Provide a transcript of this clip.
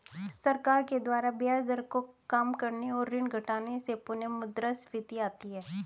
सरकार के द्वारा ब्याज दर को काम करने और ऋण घटाने से पुनःमुद्रस्फीति आती है